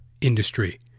industry